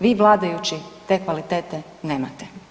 Vi vladajući te kvalitete nemate.